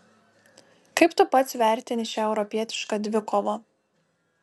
kaip tu pats vertini šią europietišką dvikovą